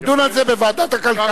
נדון על זה בוועדת הכלכלה,